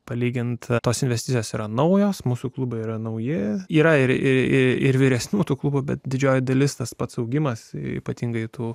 palyginti tos investicijos yra naujos mūsų klubai yra naujas yra ir ir vyresnių tų klubų bet didžioji dalis tas pats augimas ypatingai tų